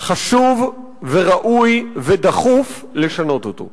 חשוב וראוי ודחוף לשנות אותו.